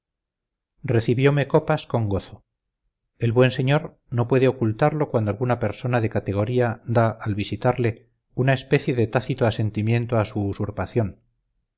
franceses recibiome copas con gozo el buen señor no puede ocultarlo cuando alguna persona de categoría da al visitarle una especie de tácito asentimiento a su